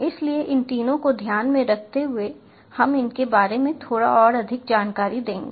इसलिए इन तीनों को ध्यान में रखते हुए हम इनके बारे में थोड़ा और अधिक जानकारी देंगे